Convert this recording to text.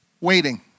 waiting